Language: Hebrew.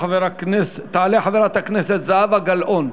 תעלה חברת הכנסת זהבה גלאון.